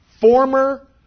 former